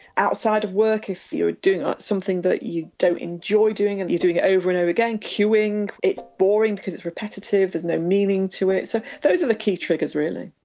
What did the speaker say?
outside of work if you're doing something that you don't enjoy doing and you're doing it over and over again, queuing, it's boring because it's repetitive, there's no meaning to it. so those are the key triggers, really.